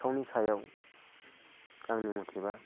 सिखावनि सायाव आंनि मथेबा